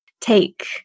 take